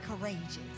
courageous